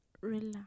relax